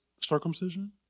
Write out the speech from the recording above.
circumcision